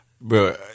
Bro